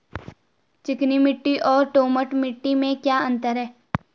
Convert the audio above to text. चिकनी मिट्टी और दोमट मिट्टी में क्या अंतर है?